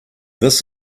this